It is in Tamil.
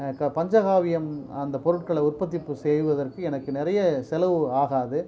பஞ்சக்காவியம் அந்த பொருட்களை உற்பத்தி செய்வதற்கு எனக்கு நிறைய செலவு ஆகாது